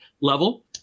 level